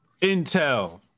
Intel